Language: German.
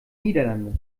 niederlande